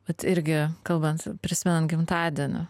vat irgi kalbant prisimenam gimtadienį